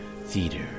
theater